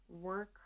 work